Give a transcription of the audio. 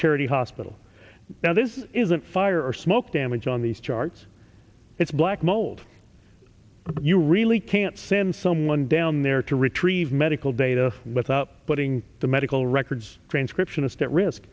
charity hospital now this isn't fire or smoke damage on these charts it's black mold you really can't send someone down there to retrieve medical data but up putting the medical records transcriptionist at risk